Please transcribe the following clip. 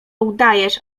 udajesz